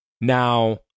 Now